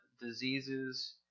Diseases